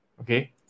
Okay